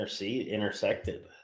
intersected